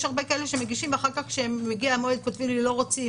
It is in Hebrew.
יש הרבה שמגישים ואחר-כך כשמגיע המועד כותבים לי שהם לא רוצים.